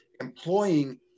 employing